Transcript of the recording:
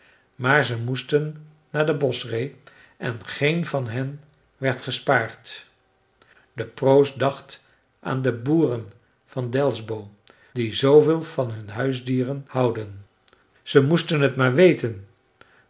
maar ze moesten naar de boschree en geen van hen werd gespaard de proost dacht aan de boeren van delsbo die zooveel van hun huisdieren houden ze moesten t maar weten